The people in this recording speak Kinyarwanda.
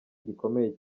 gikomeye